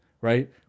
right